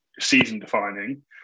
season-defining